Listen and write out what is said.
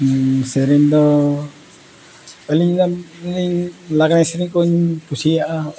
ᱥᱮᱨᱮᱧ ᱫᱚ ᱟᱹᱞᱤᱧ ᱞᱟᱜᱽᱲᱮ ᱥᱮᱨᱮᱧ ᱠᱚᱞᱤᱧ ᱠᱩᱥᱤᱭᱟᱜᱼᱟ